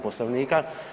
Poslovnika.